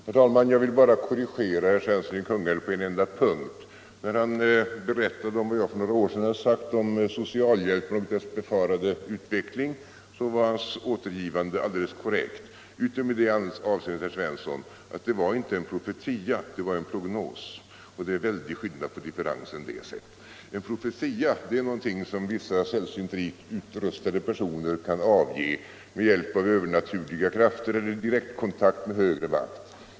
Herr talman! Jag vill bara korrigera herr Svensson i Kungälv på en enda punkt. När han berättat om vad jag för några år sedan sade om socialhjälp och dess befarade utveckling var hans återgivande alldeles korrekt utom i det avseendet, herr Svensson, att det inte var en profetia utan en prognos. Det är en väldig skillnad. En profetia är någonting som vissa sällsynt rikt utrustade personer kan avge med hjälp av övernaturliga krafter eller direktkontakt med högre makt.